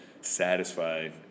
satisfied